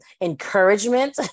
encouragement